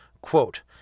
quote